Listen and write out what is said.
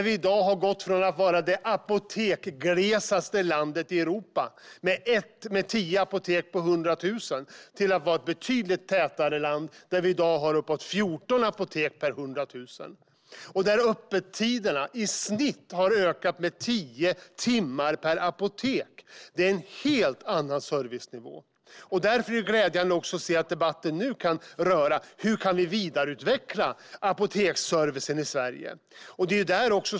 Vi har gått från att ha varit det apoteksglesaste landet i Europa med 10 apotek per 100 000 personer till att bli ett betydligt apotekstätare land med uppåt 14 apotek per 100 000 personer. Öppettiderna har i snitt ökat med tio timmar per apotek. Det är en helt annan servicenivå. Därför är det också glädjande att se att debatten nu kan handla om hur vi kan vidareutveckla apoteksservicen i Sverige.